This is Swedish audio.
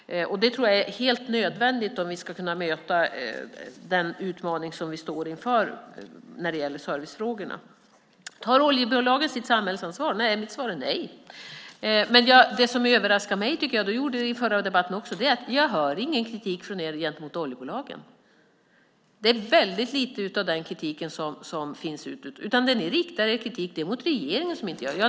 Det tror jag är helt nödvändigt om vi ska kunna möta den utmaning som vi står inför när det gäller servicefrågorna. Tar oljebolagen sitt samhällsansvar? Mitt svar är nej. Men det som överraskar mig - det gjorde det i förra debatten också - är att jag inte hör någon kritik från er gentemot oljebolagen. Det är väldigt lite av den kritiken som finns. Det är regeringen som ni riktar er kritik emot.